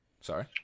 Sorry